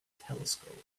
telescope